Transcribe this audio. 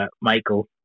Michael